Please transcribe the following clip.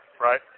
right